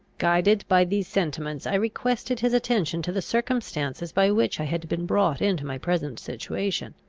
guided by these sentiments, i requested his attention to the circumstances by which i had been brought into my present situation.